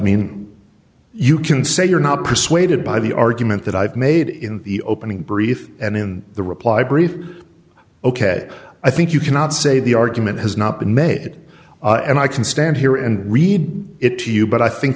mean you can say you're not persuaded by the argument that i've made in the opening brief and in the reply brief ok i think you cannot say the argument has not been made and i can stand here and read it to you but i think